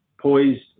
poised